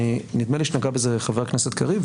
נדמה לי שנגע בזה חבר הכנסת קריב,